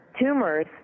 tumors